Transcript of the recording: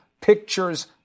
pictures